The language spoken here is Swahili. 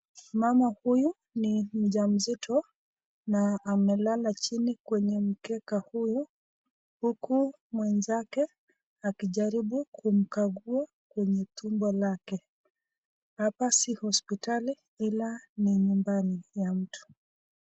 Mama huyu ni mjamzito na amelala chini kwenye mkeka huyo huku mwenzake akijaribu kumkagua kwenye tumbo lake. Hapa si hospitali ila ni nyumbani ya mtu.